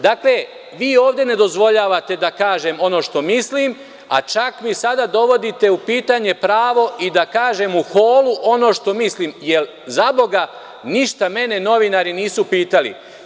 Dakle, vi ovde ne dozvoljavate da kažem ono što mislim, a čak mi sada dovodite u pitanje pravo i da kažem u holu ono što mislim, jer zaboga, ništa mene novinari nisu pitali.